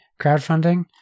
crowdfunding